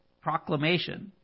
proclamation